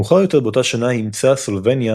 מאוחר יותר באותה שנה אימצה סלובניה